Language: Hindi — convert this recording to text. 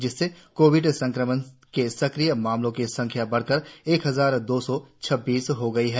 जिससे कोविड संक्रमण से सक्रिय मामलों की संख्या बढ़कर एक हजार दो सौ छब्बीस हो गई है